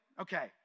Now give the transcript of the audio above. Okay